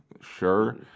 sure